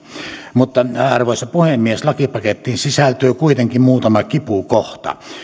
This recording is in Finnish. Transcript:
mutta arvoisa puhemies lakipakettiin sisältyy kuitenkin muutama kipukohta